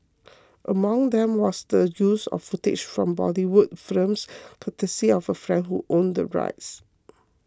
among them was the use of footage from Bollywood films courtesy of a friend who owned the rights